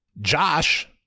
Josh